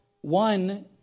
One